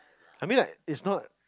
I mean like it's not